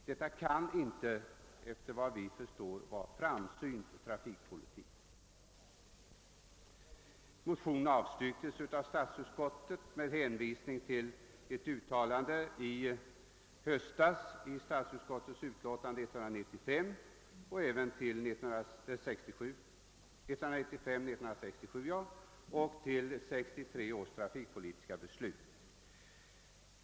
Detta kan inte, såvitt vi förstår, vara framsynt trafikpolitik. Motionsparet avstyrktes av statsutskottet med hänvisning till ett uttalande i statsutskottets utlåtande nr 195/1967 och till 1963 års trafikpolitiska beslut.